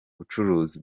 bucuruzi